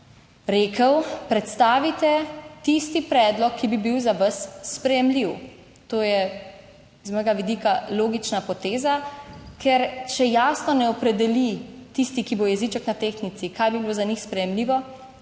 rekel, predstavite tisti predlog, ki bi bil za vas sprejemljiv. To je z mojega vidika logična poteza, ker če jasno ne opredeli tisti, ki bo jeziček na tehtnici, kaj bi bilo za njih sprejemljivo,